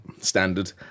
Standard